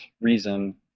reason